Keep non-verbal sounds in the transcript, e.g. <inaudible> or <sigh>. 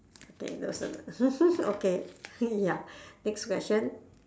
okay <laughs> okay ya next question